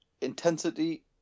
intensity